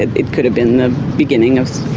it could have been the beginning of